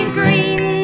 green